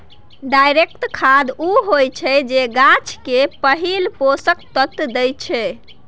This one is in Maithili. डायरेक्ट खाद उ होइ छै जे गाछ केँ पहिल पोषक तत्व दैत छै